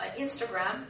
Instagram